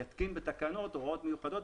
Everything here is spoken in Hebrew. יתקין בתקנות הוראות מיוחדות,